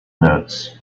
notes